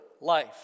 life